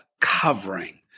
covering